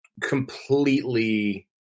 completely